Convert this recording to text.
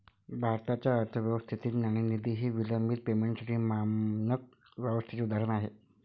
भारतीय अर्थव्यवस्थेतील नाणेनिधी हे विलंबित पेमेंटसाठी मानक व्यवस्थेचे उदाहरण आहे